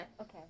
Okay